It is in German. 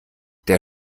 der